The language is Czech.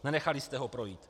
Nenechali jste ho projít.